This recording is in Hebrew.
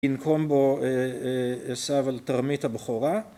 ינקום בו עשיו על תרמית הבכורה